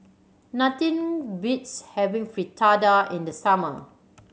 nothing beats having Fritada in the summer